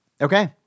Okay